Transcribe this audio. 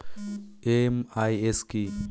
MIS কি?